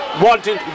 wanting